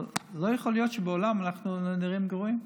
אבל לא יכול להיות שבעולם אנחנו נראים גרועים.